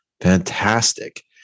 fantastic